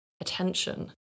attention